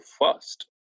first